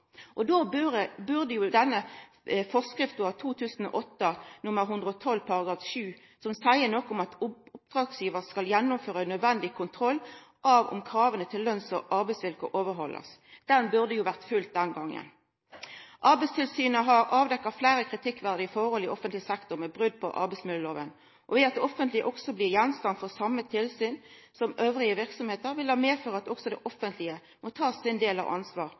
og då burde denne forskrifta av 2008, nr. 112 § 7, som seier noko om at oppdragsgjevar skal gjennomføra nødvendig kontroll av om krava til lønns- og arbeidsvilkår blir overhaldne, ha vore følgt den gongen. Arbeidstilsynet har avdekt fleire kritikkverdige forhold i offentleg sektor med brot på arbeidsmiljøloven, og ved at det offentlege òg blir gjenstand for same tilsyn som andre verksemder, vil det medføra at det offentlege må ta sin del av